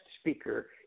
speaker